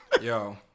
yo